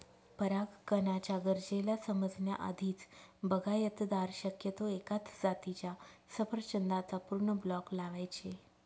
परागकणाच्या गरजेला समजण्या आधीच, बागायतदार शक्यतो एकाच जातीच्या सफरचंदाचा पूर्ण ब्लॉक लावायचे